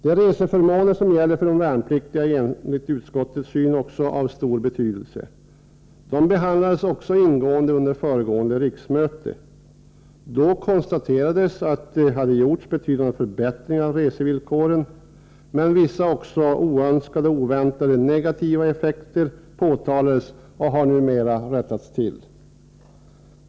De värnpliktigas reseförmåner är enligt utskottets mening av stor betydelse. De behandlades ingående under förra riksmötet. Då konstaterades betydande förbättringar i resevillkoren, men vissa oönskade och oväntade negativa effekter påtalades också. Dessa har rättats till.